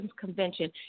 convention